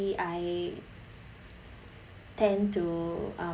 I tend to um